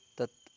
तत्